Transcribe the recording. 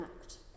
act